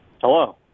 Hello